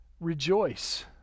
Rejoice